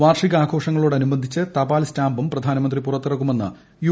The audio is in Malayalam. വാർഷികാഘോഷങ്ങളോടനുബന്ധിച്ച് തപാൽ സ്റ്റാമ്പും പ്രധാനമന്ത്രി പുറത്തിറക്കുമെന്ന് യു